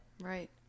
Right